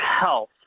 health